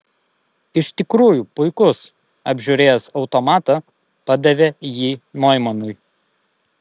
iš tikrųjų puikus apžiūrėjęs automatą padavė jį noimanui